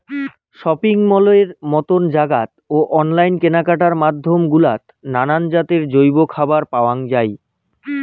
shopping মলের মতন জাগাত ও অনলাইন কেনাকাটার মাধ্যম গুলাত নানান জাতের জৈব খাবার পাওয়াং যাই